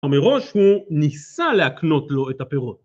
‫אבל מראש, ‫הוא ניסה להקנות לו את הפירות.